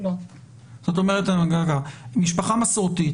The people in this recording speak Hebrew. משפחה מסורתית,